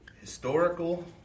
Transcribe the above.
historical